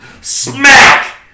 smack